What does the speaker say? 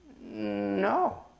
No